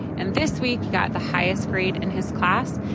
and this week, got the highest grade in his class.